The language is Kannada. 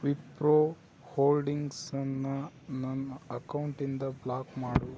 ವಿಪ್ರೊ ಹೋಲ್ಡಿಂಗ್ಸನ್ನು ನನ್ನ ಅಕೌಂಟಿಂದ ಬ್ಲಾಕ್ ಮಾಡು